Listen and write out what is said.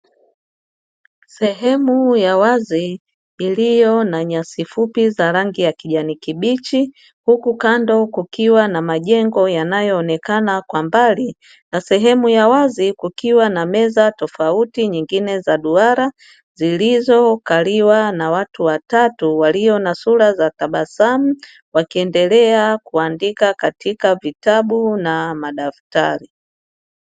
Sehemu ya wazi iliyo na nyasi fupi za rangi ya kijani nkijani kibichi, huku kando kukiwa na majengo yanayoonekana kwa mbali na sehwmu ya wazi kukiwa na meza tofauti, nyingine za duara zilizokaliwa na watu watatu walio na sura za tabasamu wakiendelea kuandika katika vitabu na madaftari.